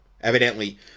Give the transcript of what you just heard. evidently